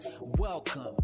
Welcome